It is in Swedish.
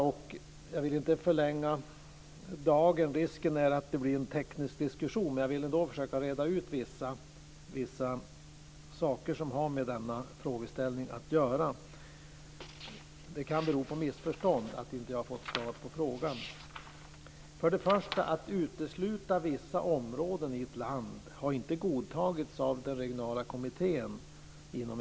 Jag vill inte förlänga dagen, risken är att det blir en teknisk diskussion, men jag vill ändå försöka reda ut vissa saker som har med denna frågeställning att göra. Det kan bero på missförstånd att jag inte har fått svar på frågan. För det första har det inte godtagits av den regionala kommittén inom EU att vissa områden i ett land utesluts.